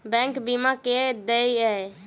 Bank बीमा केना देय है?